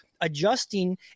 adjusting